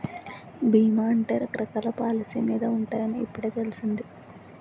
బీమా అంటే రకరకాల పాలసీ మీద ఉంటాయని ఇప్పుడే తెలిసింది